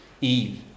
Eve